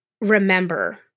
remember